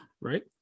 right